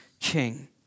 king